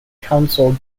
consul